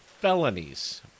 felonies